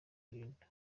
kurinda